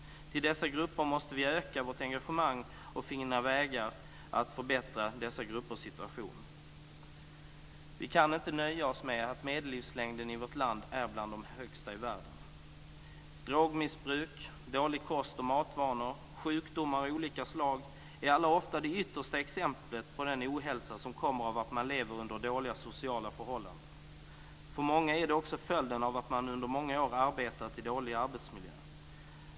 Vi måste öka vårt engagemang för dessa grupper och finna vägar att förbättra dessa gruppers situation. Vi kan inte nöja oss med att medellivslängden i vårt land är bland den högsta i världen. Drogmissbruk, dålig kost, dåliga matvanor och sjukdomar av olika slag är ofta det yttersta exemplet på den ohälsa som kommer av att man lever under dåliga sociala förhållanden. För många är det också följden av att man under många år har arbetat i en dålig arbetsmiljö.